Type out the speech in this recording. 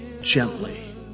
gently